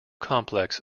complex